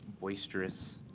boisterous,